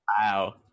Wow